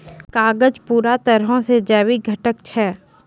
कागज पूरा तरहो से जैविक घटक छै